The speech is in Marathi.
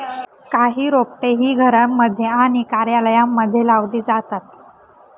काही रोपटे ही घरांमध्ये आणि कार्यालयांमध्ये लावली जातात